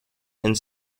and